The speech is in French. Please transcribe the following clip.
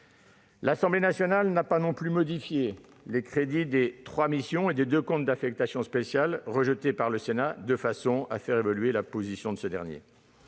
L'Assemblée nationale n'a pas non plus modifié les crédits des trois missions et des deux comptes d'affectation spéciale rejetés par le Sénat, de façon à faire évoluer la position de ce dernier.